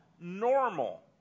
normal